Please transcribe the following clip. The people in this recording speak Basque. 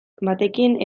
batekin